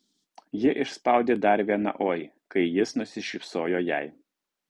ji išspaudė dar vieną oi kai jis nusišypsojo jai